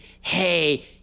hey